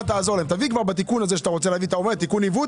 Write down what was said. דרך אגב,